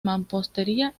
mampostería